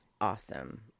awesome